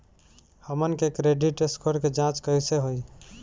हमन के credit score के जांच कैसे होइ?